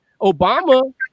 Obama